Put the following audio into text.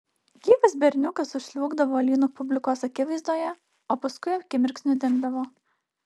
gyvas berniukas užsliuogdavo lynu publikos akivaizdoje o paskui akimirksniu dingdavo